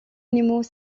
animaux